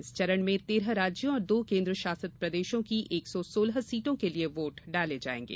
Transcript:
इस चरण में तेरह राज्यों और दो केंद्र शासित प्रदेशों की एक सौ सोलह सीटों के लिये वोट डाले जा रहे है